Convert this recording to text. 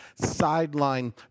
sideline